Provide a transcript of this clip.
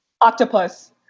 Octopus